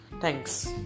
Thanks